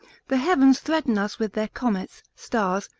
the heavens threaten us with their comets, stars,